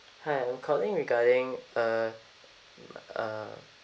hi I'm calling regarding uh m~ uh